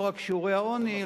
לא רק שיעורי העוני,